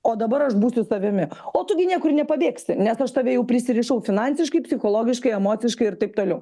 o dabar aš būsiu savimi o tu gi niekur nepabėgsi nes aš tave jau prisirišau finansiškai psichologiškai emociškai ir taip toliau